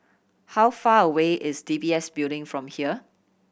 how far away is D B S Building from here